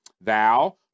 thou